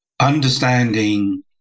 understanding